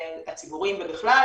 הציבוריים ובכלל,